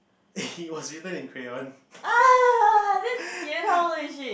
he was written in crayon